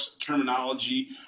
terminology